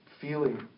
feeling